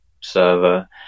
server